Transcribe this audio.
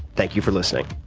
thank you for listening